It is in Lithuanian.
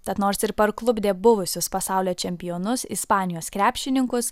tad nors ir parklupdė buvusius pasaulio čempionus ispanijos krepšininkus